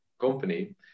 company